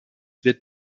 wird